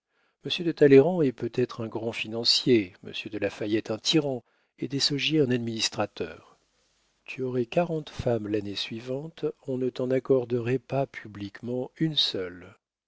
m de talleyrand est peut-être un grand financier m de la fayette un tyran et désaugiers un administrateur tu aurais quarante femmes l'année suivante on ne t'en accorderait pas publiquement une seule